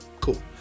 Cool